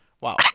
Wow